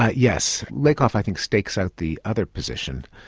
ah yes. lakoff i think stakes out the other position,